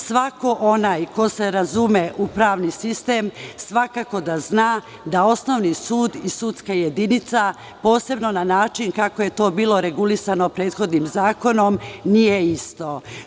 Svako onaj ko se razume u pravni sistem svakako zna da osnovni sud i sudska jedinica, posebno na način kako je to bilo regulisano prethodnim zakonom, nije isto.